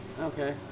Okay